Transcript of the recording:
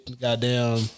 goddamn